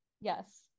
yes